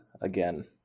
again